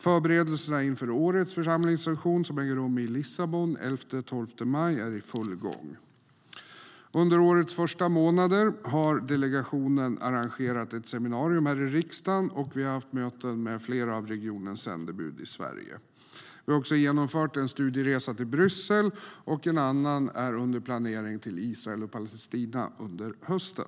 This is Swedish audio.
Förberedelserna inför årets församlingssession, som äger rum i Lissabon den 11-12 maj, är i full gång. Under årets första månader har delegationen arrangerat ett seminarium här i riksdagen och haft möten med flera av regionens sändebud i Sverige. Vi har också genomfört en studieresa till Bryssel, och en annan till Israel och Palestina är under planering till hösten,